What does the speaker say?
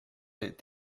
est